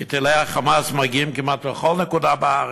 כי טילי ה"חמאס" מגיעים כמעט לכל נקודה בארץ,